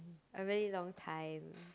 a really long time